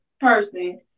person